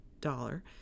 dollar